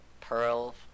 Pearl